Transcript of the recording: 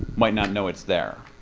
might not know it's there?